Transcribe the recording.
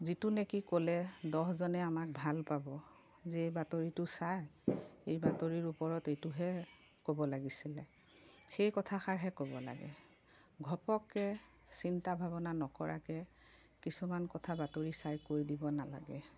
যিটো নেকি ক'লে দহজনে আমাক ভাল পাব যে এই বাতৰিটো চা এই বাতৰিৰ ওপৰত এইটোহে ক'ব লাগিছিলে সেই কথাষাৰহে ক'ব লাগে ঘপককে চিন্তা ভাৱনা নকৰাকে কিছুমান কথা বাতৰি চাই কৈ দিব নালাগে